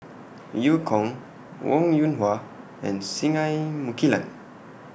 EU Kong Wong Yoon Wah and Singai Mukilan